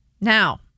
Now